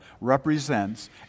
represents